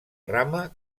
rama